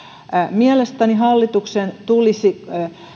mielestäni hallituksen tulisi